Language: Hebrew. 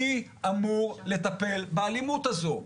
מי אמור לטפל באלימות הזאת?